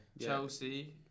Chelsea